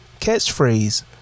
catchphrase